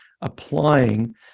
applying